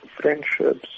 friendships